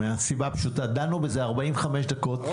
מהסיבה הפשוטה דנו בזה 45 דקות,